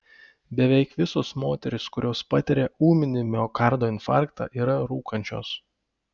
beveik visos moterys kurios patiria ūminį miokardo infarktą yra rūkančios